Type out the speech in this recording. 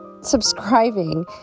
subscribing